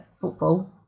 football